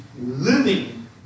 living